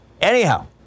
Anyhow